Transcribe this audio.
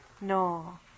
No